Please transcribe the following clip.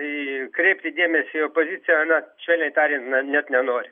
į kreipti dėmesį į opoziciją na švelniai tariant na net nenori